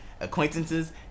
acquaintances